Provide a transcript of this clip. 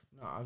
No